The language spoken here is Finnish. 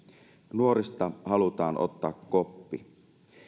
nuorista halutaan ottaa koppi